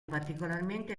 particolarmente